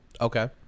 Okay